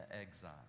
exile